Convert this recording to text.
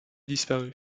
disparues